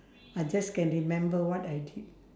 I just can remember what I did